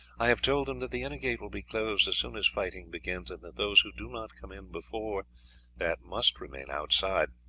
i have told them that the inner gate will be closed as soon as fighting begins, and that those who do not come in before that must remain outside,